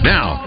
Now